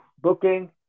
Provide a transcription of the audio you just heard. booking